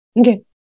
Okay